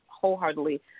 wholeheartedly